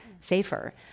safer